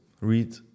Read